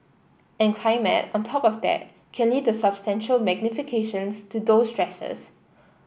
and climate on top of that can lead to substantial magnifications to those stresses